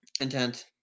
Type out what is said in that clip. Intent